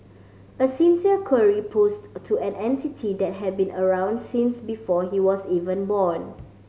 a sincere query posed to an entity that have been around since before he was even born